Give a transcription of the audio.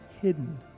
hidden